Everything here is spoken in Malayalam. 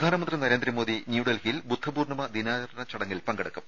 പ്രധാനമന്ത്രി നരേന്ദ്രമോദി ന്യൂഡൽഹിയിൽ ബുദ്ധപൂർണ്ണിമ ദിനാചരണ ചടങ്ങിൽ പങ്കെടുക്കും